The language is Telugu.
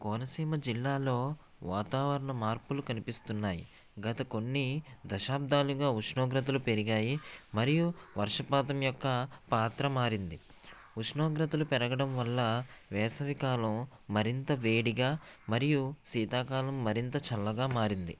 కోనసీమ జిల్లాలో వాతావరణం మార్పులు కనిపిస్తున్నాయి గత కొన్ని దశాబ్దాలుగా ఉష్ణోగ్రతలు పెరిగాయి మరియు వర్షపాతం యొక్క పాత్ర మారింది ఉష్ణోగ్రతలు పెరగడం వల్ల వేసవికాలం మరింత వేడిగా మరియు శీతాకాలం మరింత చల్లగా మారింది